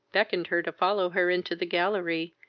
beckoned her to follow her into the gallery,